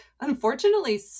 unfortunately